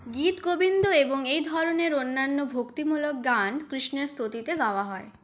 গীতগোবিন্দ এবং এই ধরনের অন্যান্য ভক্তিমূলক গান কৃষ্ণের স্তুতিতে গাওয়া হয়